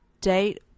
date